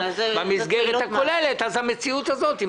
במסגרת הכוללת אז נוצרה מציאות כזאת.